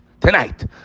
Tonight